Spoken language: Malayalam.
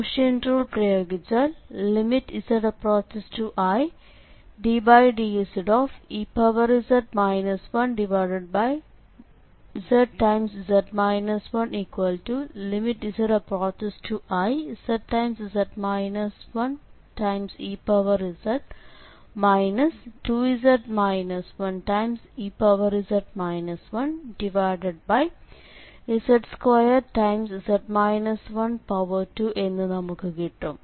കോഷ്യന്റ് റൂൾ പ്രയോഗിച്ചാൽ z→iddz ez 1zz 1z→izez z2z 12 എന്ന് നമുക്ക് കിട്ടും